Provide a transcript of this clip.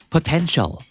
potential